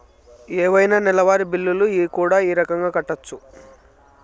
ఏవైనా నెలవారి బిల్లులు కూడా ఈ రకంగా కట్టొచ్చు